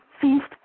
feast